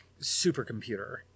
supercomputer